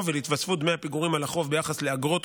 ולהתווספות דמי הפיגורים על החוב ביחס לאגרות,